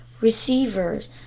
receivers